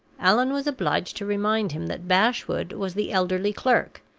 allan was obliged to remind him that bashwood was the elderly clerk,